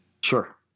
Sure